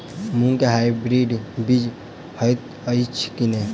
मूँग केँ हाइब्रिड बीज हएत अछि की नै?